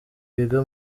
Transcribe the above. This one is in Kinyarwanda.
biga